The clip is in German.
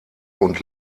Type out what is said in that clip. und